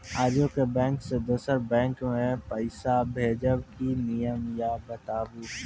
आजे के बैंक से दोसर बैंक मे पैसा भेज ब की नियम या बताबू?